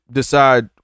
decide